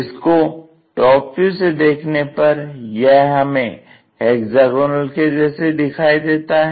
इसको टॉप से देखने पर यह हमें हेक्सागोनल के जैसे दिखाई देता है